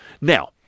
now